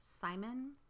Simon